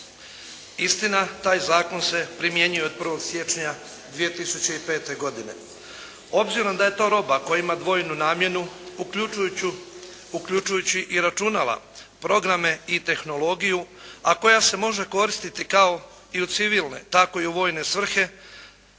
Istina, taj zakon se primjenjuje od 1. siječnja 2005. godine. Obzirom da je to roba koja ima dvojnu namjenu uključujući i računala, programe i tehnologiju a koja se može koristiti kao u civilne tako i u vojne svrhe